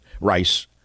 rice